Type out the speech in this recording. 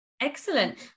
Excellent